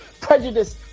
prejudice